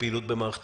הפעילות במערכת